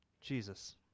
Jesus